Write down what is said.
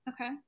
Okay